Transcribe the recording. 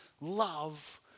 love